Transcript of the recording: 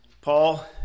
Paul